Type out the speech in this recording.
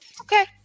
Okay